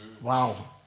wow